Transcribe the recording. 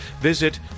visit